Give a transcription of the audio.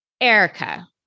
Erica